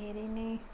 धेरै नै